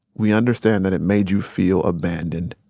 we understand that it made you feel abandoned.